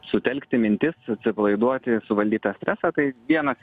sutelkti mintis atsipalaiduoti suvaldyt tą stresą tai vienas